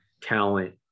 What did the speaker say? talent